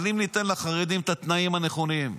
אבל אם ניתן לחרדים את התנאים הנכונים,